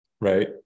Right